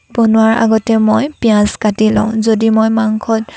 বনোৱাৰ আগতে মই পিয়াঁজ কাটি লওঁ যদি মই মাংসত